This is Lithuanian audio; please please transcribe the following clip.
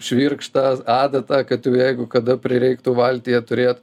švirkštą adatą kad jeigu kada prireiktų valtyje turėt